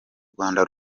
rwanda